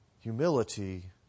Humility